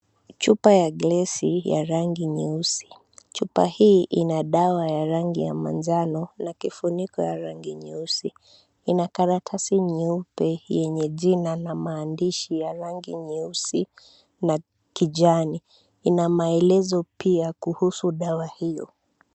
Chupa ya glesi ya rangi nyeusi, chupa hii ina dawa ya rangi ya manjano na kifuno cha rangi nyeusi na karatasi nyeupe yenye jina na maandishi meusi na kijani ina maelezo pia kuhusu dawa hiyo.